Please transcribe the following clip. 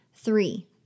Three